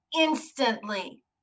instantly